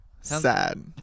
Sad